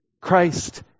Christ